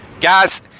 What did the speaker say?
Guys